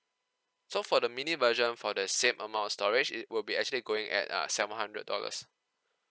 so for the mini version for the same amount of storage it will be actually going at uh seven hundred dollars